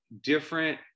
different